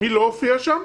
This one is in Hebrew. מי לא הופיע שם?